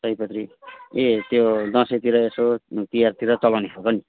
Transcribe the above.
सयपत्री ए त्यो दसैँतिर यसो तिहारतिर चलाउने खालको नि